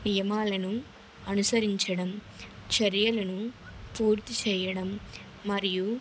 నియమాలను అనుసరించడం చర్యలను పూర్తి చేయడం మరియు